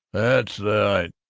that's the i!